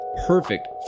perfect